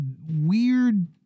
weird